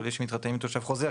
עולה שמתחתן עם תושב חוזר,